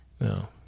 No